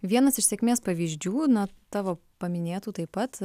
vienas iš sėkmės pavyzdžių na tavo paminėtų taip pat